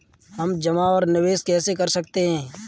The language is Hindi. हम जमा और निवेश कैसे कर सकते हैं?